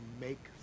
make